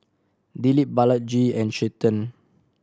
Dilip Balaji and Chetan